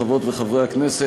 חברות וחברי הכנסת,